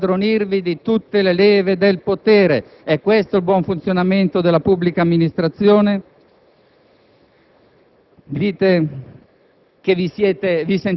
che vuole semplicemente consentirvi di impadronirvi di tutte le leve del potere. È questo il buon funzionamento della pubblica amministrazione?